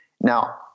Now